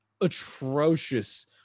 atrocious